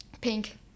Pink